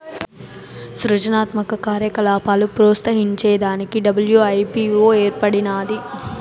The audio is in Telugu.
సృజనాత్మక కార్యకలాపాలు ప్రోత్సహించే దానికి డబ్ల్యూ.ఐ.పీ.వో ఏర్పడినాది